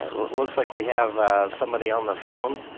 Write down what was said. and well it looks like we have somebody on the phone.